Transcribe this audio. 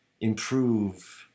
improve